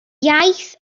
iaith